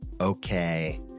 Okay